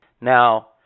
Now